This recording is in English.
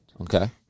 Okay